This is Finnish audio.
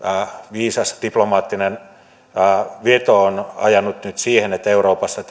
viisas diplomaattinen veto ovat ajaneet nyt siihen että euroopassa